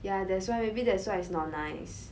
ya that's why maybe that's why it's not nice